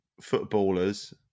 footballers